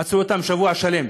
עצרו אותם שבוע שלם.